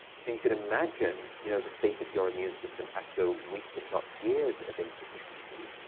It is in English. so you can imagine, you know, the state of your immune system after weeks, if not years, of insufficient sleep.